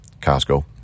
Costco